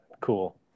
cool